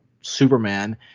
Superman